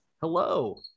Hello